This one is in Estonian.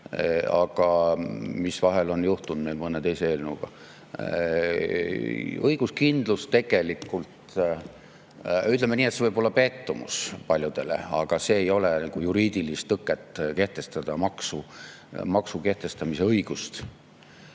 nagu vahel on juhtunud mõne teise eelnõuga. Õiguskindlus – tegelikult, ütleme nii, et see võib olla pettumus paljudele, aga ei ole juriidilist tõket kehtestada maksu kehtestamise õigust.